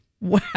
Wow